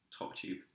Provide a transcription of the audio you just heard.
TopTube